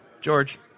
George